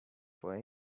for